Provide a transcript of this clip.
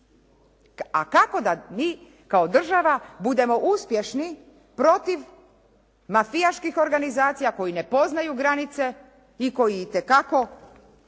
a kako da mi kao država budemo uspješni protiv mafijaških organizacija koji ne poznaju granice i koji itekako,